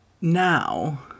now